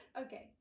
Okay